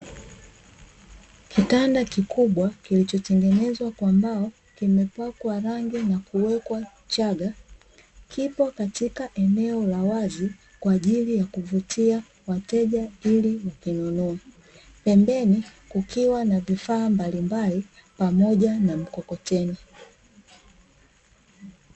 Kitanda kikubwa kilichotengenezwa kwa mbao kimepakwa rangi na kuwekwa chaga kipo katika eneo la wazi kwa ajili ya kuvutia wateja ili kukinunua, pembeni kukiwa na vifaa mbalimbali pamoja na mkokoteni.